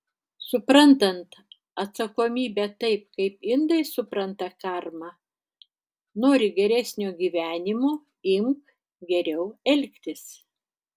suprantant atsakomybę taip kaip indai supranta karmą nori geresnio gyvenimo imk geriau elgtis